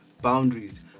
boundaries